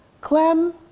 Clem